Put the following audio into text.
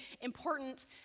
important